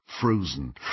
frozen